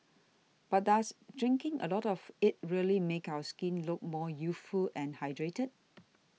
but does drinking a lot of it really make our skin look more youthful and hydrated